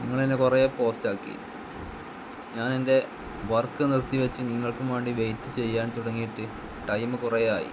നിങ്ങളെന്നെ കുറേ പോസ്റ്റാക്കി ഞാൻ എൻ്റെ വർക്ക് നിർത്തിവച്ച് നിങ്ങൾക്കുവേണ്ടി വെയ്റ്റ് ചെയ്യാൻ തുടങ്ങിയിട്ട് ടൈം കുറേ ആയി